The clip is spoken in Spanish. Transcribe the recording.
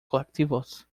colectivos